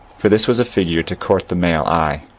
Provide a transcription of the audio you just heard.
for this was a figure to court the male eye,